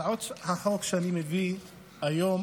הצעת החוק שאני מביא היום